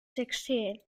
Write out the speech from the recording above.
sixteen